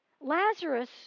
Lazarus